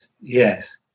yes